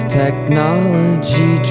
technology